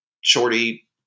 Shorty